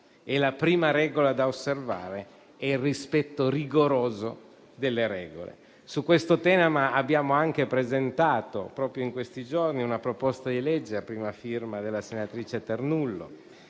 La prima regola da osservare è il rispetto rigoroso delle regole. Su questo tema abbiamo anche presentato, proprio in questi giorni, una proposta di legge a prima firma della senatrice Ternullo,